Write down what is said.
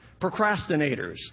procrastinators